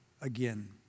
again